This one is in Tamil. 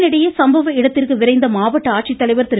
இதனிடையே சம்பவ இடத்திற்கு விரைந்த மாவட்ட ஆட்சித்தலைவர் திரு